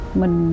mình